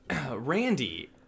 Randy